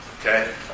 Okay